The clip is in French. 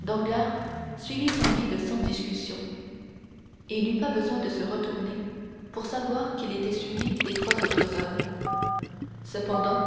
danglars suivit son guide sans discussion et n'eut pas besoin de se retourner pour savoir qu'il était suivi des trois autres hommes cependant